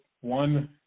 one